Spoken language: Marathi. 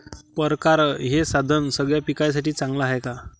परकारं हे साधन सगळ्या पिकासाठी चांगलं हाये का?